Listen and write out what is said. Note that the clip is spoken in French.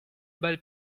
bal